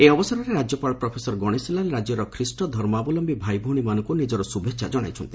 ଏହି ଅବସରରେ ରାଜ୍ୟପାଳ ପ୍ରଫେସର ଗଶେଶୀଲାଲ ରାଜ୍ୟର ଖ୍ରୀଷ୍ଟଧର୍ମାବଲମୀ ଭାଇଭଉଣୀମାନଙ୍କୁ ନିଜର ଶୁଭେଛା ଜଣାଇଛନ୍ତି